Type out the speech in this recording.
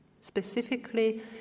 specifically